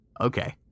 okay